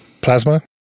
Plasma